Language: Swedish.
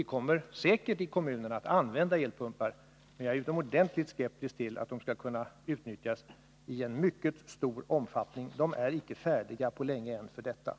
Vi kommer säkert att använda värmepumpar i kommunen. Men jag är utomordentligt skeptisk till att de skall kunna utnyttjas i en mycket stor omfattning — de är icke färdiga för detta än på länge.